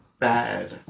bad